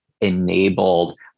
enabled